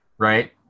Right